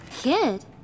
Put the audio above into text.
Kid